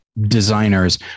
designers